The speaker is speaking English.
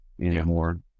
anymore